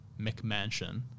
McMansion